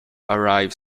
arrive